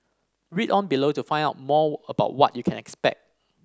read on below to find out more about what you can expect